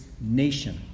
nation